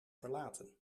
verlaten